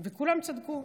וכולם צדקו.